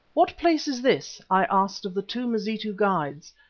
what place is this? i asked of the two mazitu guides,